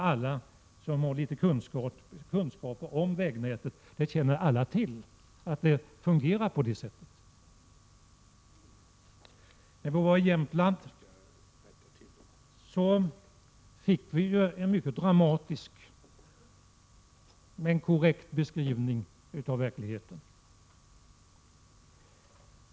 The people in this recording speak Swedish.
Alla som har litet kunskaper om vägnätet känner till att det fungerar på det sättet. När vi var i Jämtland fick vi ju en mycket dramatisk, men korrekt, beskrivning av verkligheten.